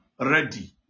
ready